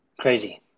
Crazy